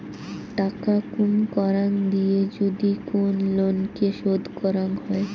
টাকা কুম করাং দিয়ে যদি কোন লোনকে শোধ করাং হই